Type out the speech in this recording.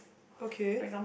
okay